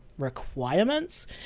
requirements